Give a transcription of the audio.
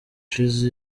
jeezy